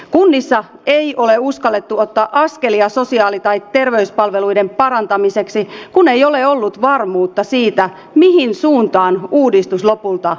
kunnissa ei ole uskallettu ottaa askelia sosiaali tai terveyspalveluiden parantamiseksi kun ei ole ollut varmuutta siitä mihin suuntaan uudistus lopulta etenee